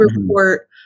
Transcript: report